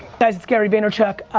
guys, it's gary vaynerchuk.